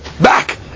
back